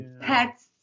pets